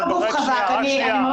אני לא גוף חזק.